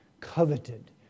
Coveted